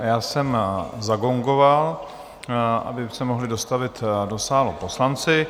Já jsem zagongoval, aby se mohli dostavit do sálu poslanci.